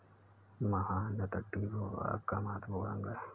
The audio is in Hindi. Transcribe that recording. मुहाने तटीय भूभाग का महत्वपूर्ण अंग है